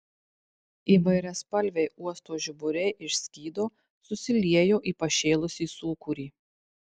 įvairiaspalviai uosto žiburiai išskydo susiliejo į pašėlusį sūkurį